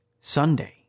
Sunday